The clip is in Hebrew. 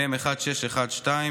מ/1612,